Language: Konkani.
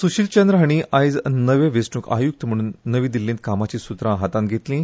सुशील चंद्र हांणी आयज नवे वेंचणूक आयुक्त म्हूण नवी दिल्लींत कामाचीं सुत्रां हातांत घेतलीं